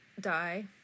Die